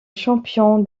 champion